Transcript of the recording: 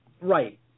Right